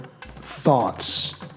thoughts